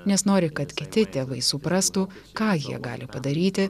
nes nori kad kiti tėvai suprastų ką jie gali padaryti